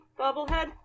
bobblehead